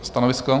Stanovisko?